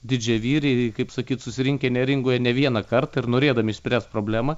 didžiavyriai kaip sakyt susirinkę neringoje ne vieną kartą ir norėdami išspręst problemą